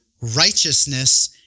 righteousness